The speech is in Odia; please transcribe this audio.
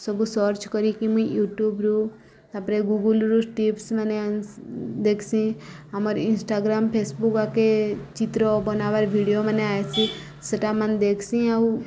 ସବୁ ସର୍ଚ୍ଚ୍ କରିକି ମୁଇଁ ୟୁଟ୍ୟୁବ୍ରୁୁ ତା'ପରେ ଗୁଗୁଲ୍ରୁ ଟିପ୍ସ୍ମାନେ ଦେଖ୍ସି ଆମର୍ ଇନ୍ଷ୍ଟାଗ୍ରାମ୍ ଫେସ୍ବୁକ୍ ଆକେ ଚିତ୍ର ବନାବାର୍ ଭିଡ଼ିଓମାନେ ଆଏସି ସେଟା ମାନେ ଦେଖ୍ସି ଆଉ